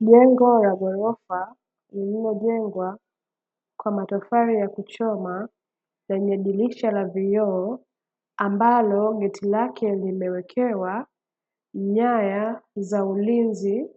Jengo la ghorofa lililojengwa kwa matofali ya kuchoma na limedumishwa na vioo ambalo miti yake imewekewa nyaya za ulinzi